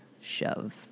shove